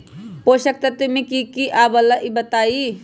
पोषक तत्व म की सब आबलई बताई?